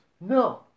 No